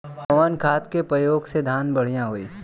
कवन खाद के पयोग से धान बढ़िया होई?